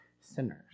sinners